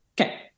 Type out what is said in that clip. Okay